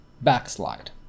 backslide